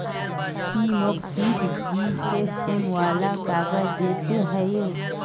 ती मौक तीस जीएसएम वाला काग़ज़ दे ते हैय्